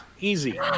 easy